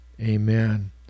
amen